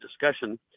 discussion